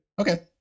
Okay